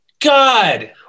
god